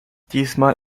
diesmal